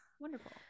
Wonderful